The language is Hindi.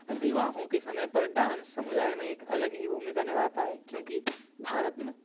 विवाहों के समय पर डांस समुदाय में एक अलग ही भूमिका निभाता है क्योंकि भारत में